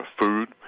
food